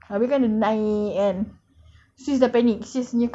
sis dah panic sis nya claustrophobic coming